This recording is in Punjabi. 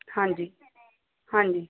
ਹਾਂਜੀ ਹਾਂਜੀ